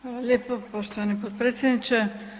Hvala lijepo poštovani potpredsjedniče.